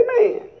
Amen